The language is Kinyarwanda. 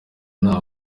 nta